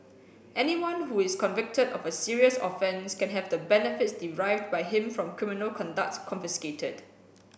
anyone who is convicted of a serious offence can have the benefits derived by him from criminal conduct confiscated